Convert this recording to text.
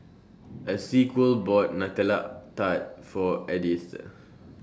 Esequiel bought Nutella Tart For Edythe